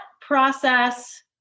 process